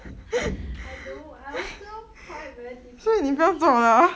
I don't want I also find it very difficukt